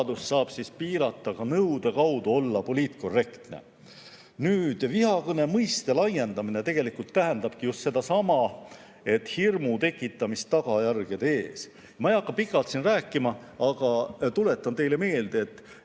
saab piirata ka nõude kaudu olla poliitkorrektne. Vihakõne mõiste laiendamine tegelikult tähendabki just sedasama hirmu tekitamist tagajärgede ees. Ma ei hakka pikalt rääkima, aga tuletan teile meelde, et